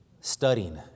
studying